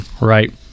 right